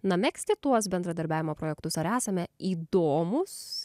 na megzti tuos bendradarbiavimo projektus ar esame įdomūs